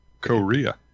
Korea